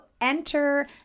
enter